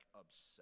obsessed